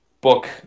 book